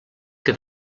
que